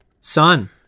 Sun